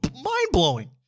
Mind-blowing